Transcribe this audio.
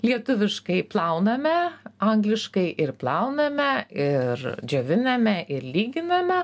lietuviškai plauname angliškai ir plauname ir džioviname ir lyginame